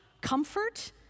comfort